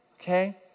Okay